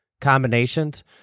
combinations